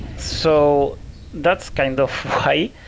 so that's kind of why.